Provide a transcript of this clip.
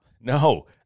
No